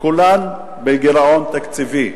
כולן בגירעון תקציבי,